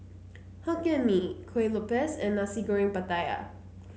Hokkien Mee Kuih Lopes and Nasi Goreng Pattaya